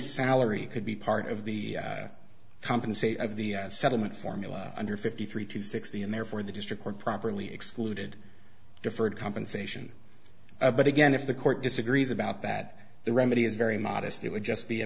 salary could be part of the compensate of the settlement formula under fifty three to sixty and therefore the district court properly excluded deferred compensation but again if the court disagrees about that the remedy is very modest it would just be a